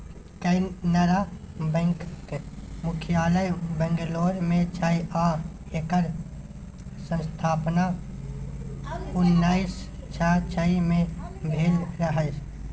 कैनरा बैकक मुख्यालय बंगलौर मे छै आ एकर स्थापना उन्नैस सँ छइ मे भेल रहय